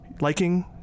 liking